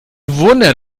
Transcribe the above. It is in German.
wunder